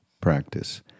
practice